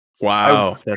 Wow